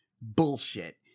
bullshit